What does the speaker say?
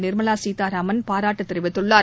Nirmala Sitharaman பாராட்டுதெரிவித்துள்ளார்